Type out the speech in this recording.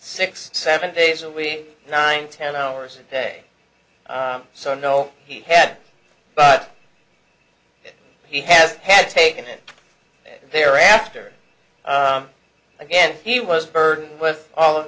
six seven days a week nine ten hours a day so no he had but he has had taken it they are after again he was burdened with all of